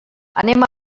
anem